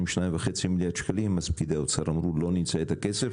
שניים וחצי מיליארד שקלים אז פקידי האוצר אמרו: לא נמצא את הכסף,